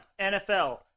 NFL